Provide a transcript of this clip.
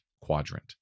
quadrant